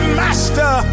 master